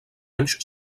anys